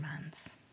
months